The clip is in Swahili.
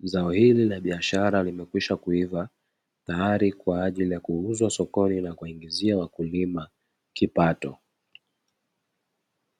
Zao hili la biashara limekwishakuiva tayari kwa ajili ya kuuzwa sokoni na kuingizia wakulima kipato.